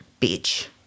Bitch